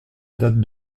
date